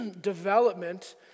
development